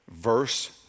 verse